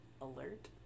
alert